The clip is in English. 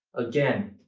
again,